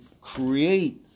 create